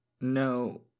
No